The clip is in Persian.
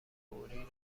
فوری